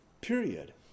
period